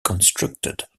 constructed